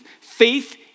Faith